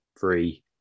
three